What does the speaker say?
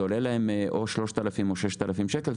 זה עולה להם או 3,000 או 6,000 שקל,